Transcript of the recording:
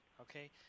okay